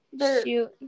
Shoot